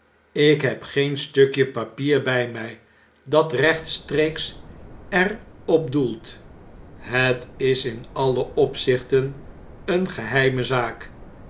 ik heb geen stukje papier b j mij dat rechtstreeks er op doelt het is in alle opzichten eene geheime zaak